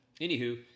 anywho